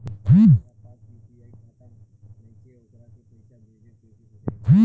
जेकरा पास यू.पी.आई खाता नाईखे वोकरा के पईसा कईसे भेजब?